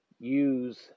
use